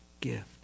gift